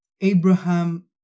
Abraham